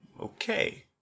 Okay